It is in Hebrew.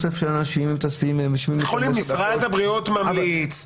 יכולים להגיד "משרד הבריאות ממליץ".